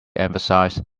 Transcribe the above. emphasized